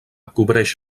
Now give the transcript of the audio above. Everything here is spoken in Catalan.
cobreix